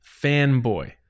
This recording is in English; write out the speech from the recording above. fanboy